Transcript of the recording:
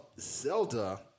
Zelda